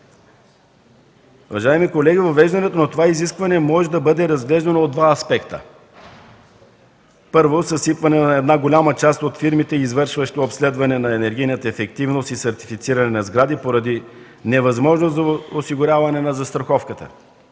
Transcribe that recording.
Уважаеми колеги, въвеждането на това изискване може да бъде разгледано от два аспекта. Първо, съсипване на една голяма част от фирмите, извършващи обследване на енергийната ефективност и сертифициране на сгради поради невъзможност за осигуряване на застраховката.